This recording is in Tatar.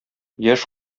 яшь